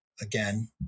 again